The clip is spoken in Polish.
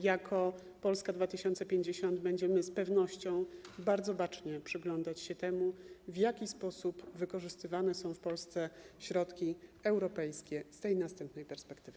Jako Polska 2050 będziemy z pewnością bacznie przyglądać się temu, w jaki sposób wykorzystywane są w Polsce środki europejskie z następnej perspektywy.